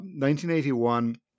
1981